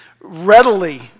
readily